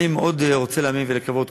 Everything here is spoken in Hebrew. אני מאוד רוצה להאמין ולקוות,